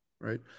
right